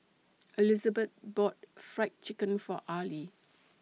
Elizabet bought Fried Chicken For Arley